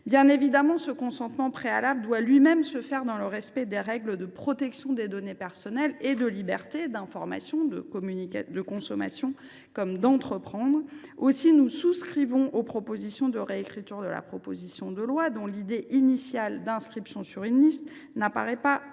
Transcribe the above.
Bien évidemment, ce consentement préalable doit lui même être exprimé dans le respect des règles de protection des données personnelles et de liberté d’information, de consommation comme d’entreprendre. Aussi, nous souscrivons aux propositions de réécriture du texte dont l’idée initiale – l’inscription sur une liste – n’apparaît pas